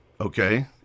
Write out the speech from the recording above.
Okay